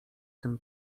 tym